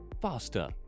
faster